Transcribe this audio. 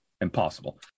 impossible